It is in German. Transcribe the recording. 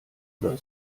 oder